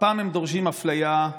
פעם הם דורשים אפליה,